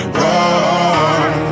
run